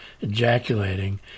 ejaculating